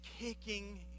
kicking